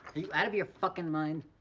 out of your fuckin' mind?